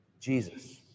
Jesus